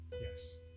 Yes